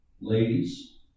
ladies